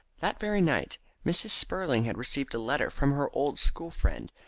that very night mrs. spurling had received a letter from her old school friend,